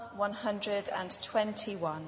121